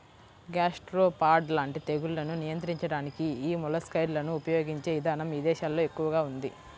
gastropod లాంటి తెగుళ్లను నియంత్రించడానికి యీ మొలస్సైడ్లను ఉపయిగించే ఇదానం ఇదేశాల్లో ఎక్కువగా ఉంది